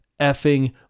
effing